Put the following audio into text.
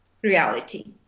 reality